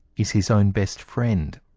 is his own best friend?